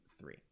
three